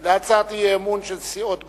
על הצעת האי-אמון של סיעות בל"ד,